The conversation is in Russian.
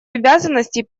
обязанностей